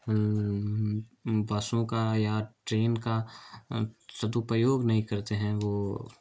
बसों का या ट्रेन का सदुपयोग नहीं करते हैं वो